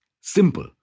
Simple